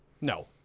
No